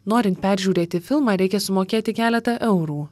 norint peržiūrėti filmą reikia sumokėti keletą eurų